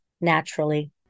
naturally